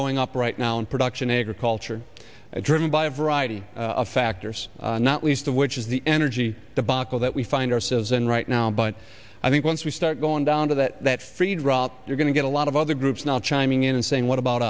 going up right now in production agriculture driven by a variety of factors not least of which is the energy debacle that we find ourselves in right now but i think once we start going down to that that freed rot you're going to get a lot of other groups not shining in and saying what about